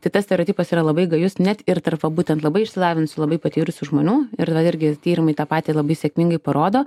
tai tas stereotipas yra labai gajus net ir tarp va būtent labai išsilavinusių labai patyrusių žmonių ir irgi tyrimai tą patį labai sėkmingai parodo